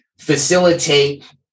facilitate